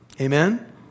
Amen